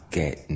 get